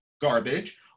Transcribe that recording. garbage